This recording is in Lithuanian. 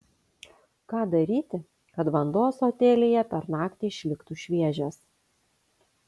ką daryti kad vanduo ąsotėlyje per naktį išliktų šviežias